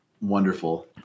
Wonderful